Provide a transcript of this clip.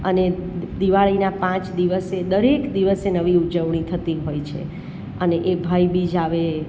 અને દિવાળીના પાંચ દિવસે દરેક દિવસે ઉજવણી થતી હોય છે અને એ ભાઈબીજ આવે